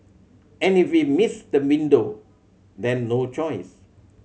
and if we miss the window then no choice